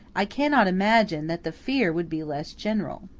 i cannot imagine that the fear would be less general.